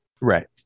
Right